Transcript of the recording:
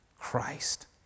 Christ